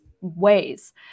ways